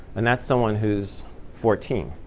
and that's someone who's fourteen.